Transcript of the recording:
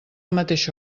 mateixa